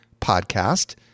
podcast